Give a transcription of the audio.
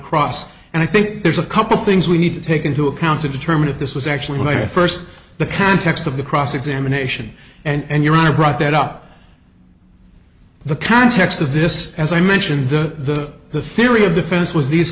cross and i think there's a couple things we need to take into account to determine if this was actually the way first the context of the cross examination and your honor brought that up the context of this as i mentioned the the theory of defense was these